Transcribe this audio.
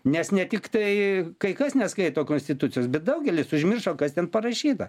nes ne tik tai kai kas neskaito konstitucijos bet daugelis užmiršo kas ten parašyta